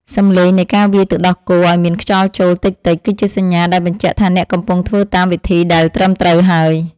សម្លេងនៃការវាយទឹកដោះគោឱ្យមានខ្យល់ចូលតិចៗ គឺជាសញ្ញាដែលបញ្ជាក់ថាអ្នកកំពុងធ្វើតាមវិធីដែលត្រឹមត្រូវហើយ។